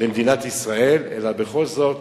במדינת ישראל אלא בכל זאת